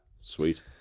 Sweet